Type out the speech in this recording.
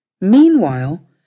Meanwhile